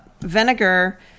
vinegar